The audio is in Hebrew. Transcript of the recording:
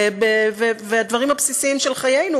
והדברים הבסיסיים של חיינו,